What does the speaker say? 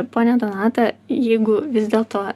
ponia donata jeigu vis dėlto